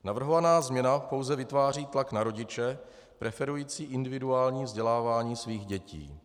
Navrhovaná změna pouze vytváří tlak na rodiče preferující individuální vzdělávání svých dětí.